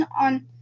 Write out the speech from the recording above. on